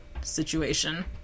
situation